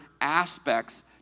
aspects